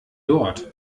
dort